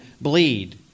bleed